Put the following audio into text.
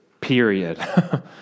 period